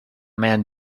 man